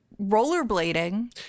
rollerblading